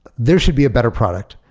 there should be a better product,